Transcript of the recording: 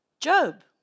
Job